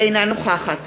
אינה נוכחת